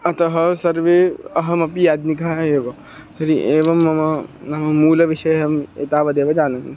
अतः सर्वे अहमपि याज्ञिकः एव तर्हि एवं मम नाम मूलविषये अहम् एतावदेव जानामि